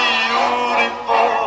beautiful